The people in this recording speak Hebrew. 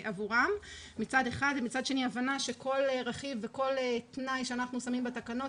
ומצד שני הבנה שכל רכיב וכל תנאי שאנחנו שמים בתקנות,